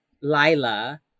Lila